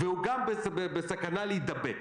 והוא גם בסכנה להידבק.